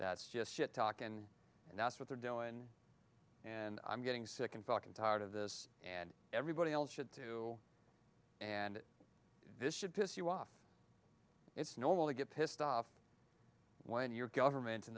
that's just shit talk and and that's what they're doing and i'm getting sick and fucking tired of this and everybody else should too and this should piss you off it's normal to get pissed off when your government in